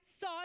saw